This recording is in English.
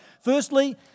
firstly